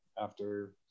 after-